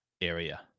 area